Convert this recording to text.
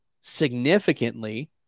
significantly